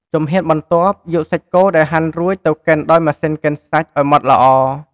ជំហានបន្ទាប់ យកសាច់គោដែលហាន់រួចទៅកិនដោយម៉ាស៊ីនកិនសាច់ឱ្យម៉ត់ល្អ។